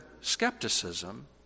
skepticism